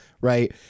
right